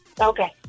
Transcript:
Okay